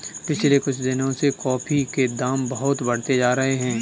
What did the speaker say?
पिछले कुछ दिनों से कॉफी के दाम बहुत बढ़ते जा रहे है